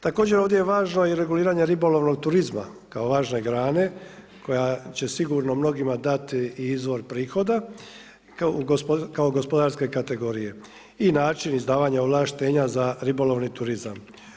Također ovdje je važno i reguliranje ribolovnog turizma kao važne grane koja će sigurno mnogima dati i izvor prihoda kao gospodarske kategorije i način izdavanja ovlaštenja za ribolovni turizam.